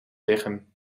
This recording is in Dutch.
liggen